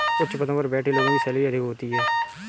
उच्च पदों पर बैठे लोगों की सैलरी अधिक होती है